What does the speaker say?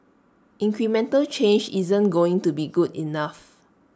incremental change isn't going to be good enough